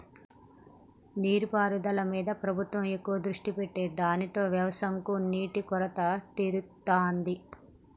నీటి పారుదల మీద ప్రభుత్వం ఎక్కువ దృష్టి పెట్టె దానితో వ్యవసం కు నీటి కొరత తీరుతాంది